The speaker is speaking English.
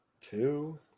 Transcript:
Two